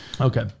Okay